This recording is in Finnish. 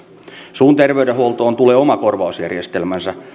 suun terveydenhuoltoon tulee oma korvausjärjestelmänsä